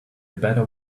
better